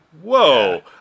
Whoa